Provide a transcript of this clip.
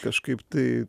kažkaip tai